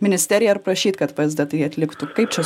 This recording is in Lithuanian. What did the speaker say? ministerija ir prašyt kad pastatai atliktų kaip čia